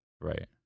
Right